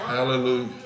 Hallelujah